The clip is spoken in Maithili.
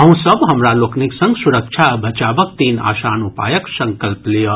अहूँ सभ हमरा लोकनि संग सुरक्षा आ बचावक तीन आसान उपायक संकल्प लियऽ